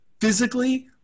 physically